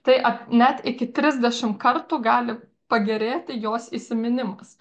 tai ap net iki trisdešim kartų gali pagerėti jos įsiminimas